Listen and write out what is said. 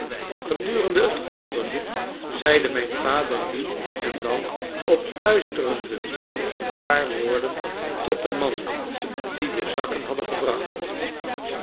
gedurende het onderzoek zeide mijn vader nu en dan op fluisterenden toon een paar woorden tot de mannen die de zakken hadden gebracht